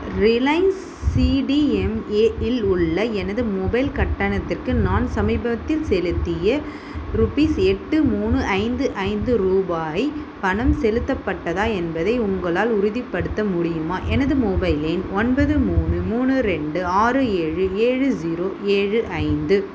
Reliance CDMA இல் உள்ள எனது மொபைல் கட்டணத்திற்கு நான் சமீபத்தில் செலுத்திய ருபீஸ் எட்டு மூணு ஐந்து ஐந்து ரூபாய் பணம் செலுத்தப்பட்டதா என்பதை உங்களால் உறுதிப்படுத்த முடியுமா எனது மொபைல் எண் ஒன்பது மூணு மூணு ரெண்டு ஆறு ஏழு ஏழு ஸீரோ ஏழு ஐந்து